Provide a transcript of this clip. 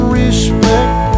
respect